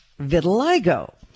vitiligo